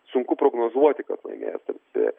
sunku prognozuoti kad laimės tarsi